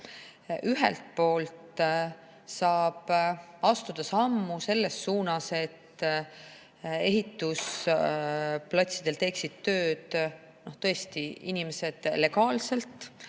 Ühelt poolt saab astuda sammu selles suunas, et ehitusplatsidel teeksid inimesed tööd tõesti legaalselt,